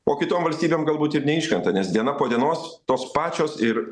o kitom valstybėm galbūt ir neiškrenta nes diena po dienos tos pačios ir